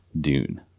Dune